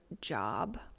job